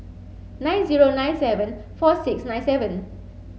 nine zero nine seven four six nine seven